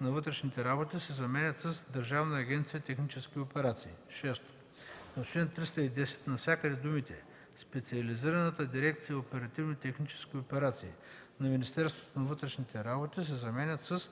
на вътрешните работи“ се заменят с „Държавна агенция „Технически операции“. 5. В чл. 309 думите „специализираната дирекция „Оперативни технически операции” на Министерството на вътрешните работи“ се заменят с